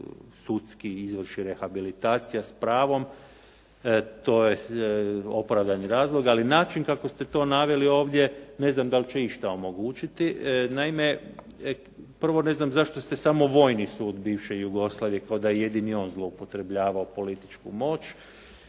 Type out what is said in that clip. sudski izvrši rehabilitacija s pravom. To je opravdani razlog, ali način kako ste to naveli ovdje, ne znam da li će išta omogućiti. Naime, prvo ne znam zašto ste samo vojni sud bivše Jugoslavije, kao da je jedini on zloupotrebljavao političku moć